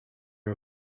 are